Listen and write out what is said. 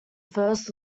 first